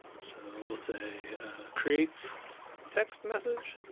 so we'll say creates a text message,